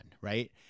Right